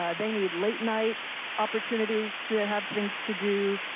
ah they need late-night opportunities to have things to do.